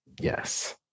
yes